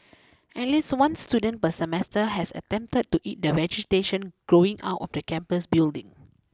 at least one student per semester has attempted to eat the vegetation growing out of the campus building